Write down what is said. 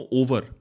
over